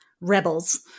rebels